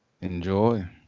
Enjoy